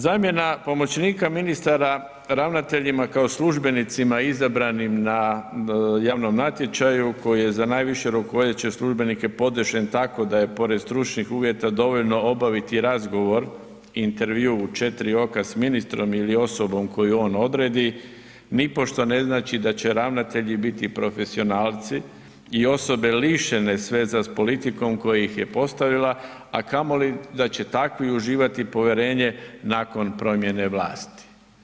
Zamjena pomoćnika ministara ravnateljima kao službenicima izabranim na javnom natječaju koji je za najviše rukovodeće službenike podešen tako da je pored stručnih uvjeta dovoljno obaviti razgovor i intervju u 4 oka s ministrom ili osobom koju on odredi nipošto ne znači da će ravnatelji biti profesionalci i osobe lišene sveza s politikom koja ih postavila, a kamoli da će takvi uživati povjerenje nakon promjene vlasti.